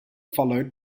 followed